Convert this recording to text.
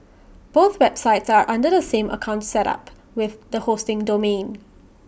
both websites are under the same account set up with the hosting domain